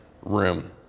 room